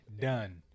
done